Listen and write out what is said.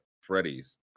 Freddy's